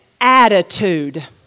attitude